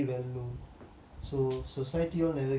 so society all never give me any labels but